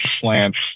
slants